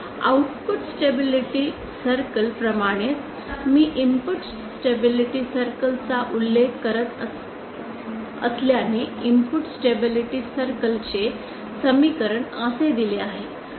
output stability circle प्रमाणेच मी input stability circle चा उल्लेख करत असल्याने इनपुट स्टेबिलिटी सर्कल चे समीकरण असे दिले आहे